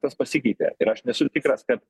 kas pasikeitė ir aš nesu tikras kad